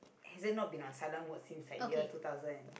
has it not been on silent mode since like year two thousand and